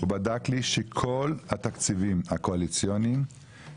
הוא בדק שכל התקציבים הקואליציוניים